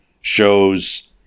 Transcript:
shows